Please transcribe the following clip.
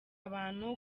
abantu